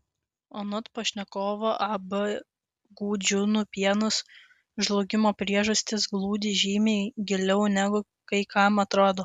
anot pašnekovo ab gudžiūnų pienas žlugimo priežastys glūdi žymiai giliau negu kai kam atrodo